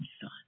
son